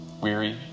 weary